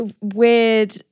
weird